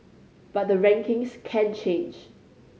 but the rankings can change